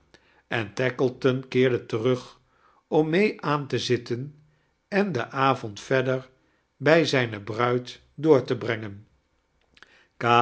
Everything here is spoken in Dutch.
en tackleton keerde terog om mee aan te zitten en den avond verder bij zijn bruid door te brengen